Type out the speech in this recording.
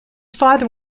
father